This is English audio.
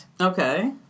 Okay